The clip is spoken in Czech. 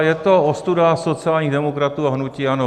Je to ostuda sociálních demokratů a hnutí ANO.